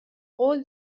قول